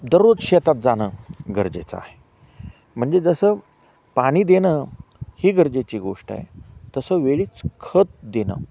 दररोज शेतात जाणं गरजेचं आहे म्हणजे जसं पानी देणं ही गरजेची गोष्ट आहे तसं वेळीच खत देणं